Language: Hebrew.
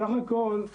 בסך הכל,